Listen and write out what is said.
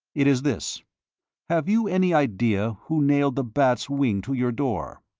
it is this have you any idea who nailed the bat's wing to your door?